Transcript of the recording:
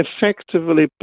effectively